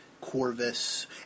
Corvus